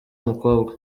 mukobwa